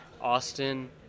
austin